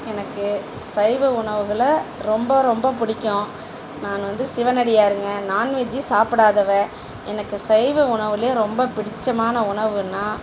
எனக்குச் சைவ உணவுகளை ரொம்ப ரொம்ப பிடிக்கும் நான் வந்து சிவனடியாருங்க நாண்வெஜ்ஜு சாப்பிடாதவ எனக்கு சைவ உணவில் ரொம்ப பிடிச்சமான உணவுன்னா